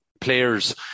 players